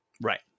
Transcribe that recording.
Right